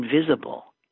invisible